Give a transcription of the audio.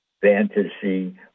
Fantasy